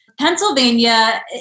Pennsylvania